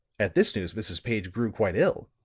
at this news mrs. page grew quite ill,